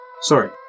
Sorry